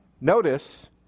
notice